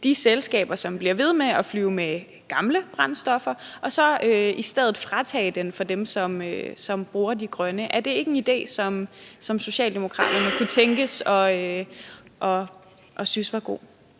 de selskaber, som bliver ved med at flyve med gamle brændstoffer og undtage den fra dem, som bruger de grønne. Er det ikke en idé, som Socialdemokraterne kunne tænkes at synes er god?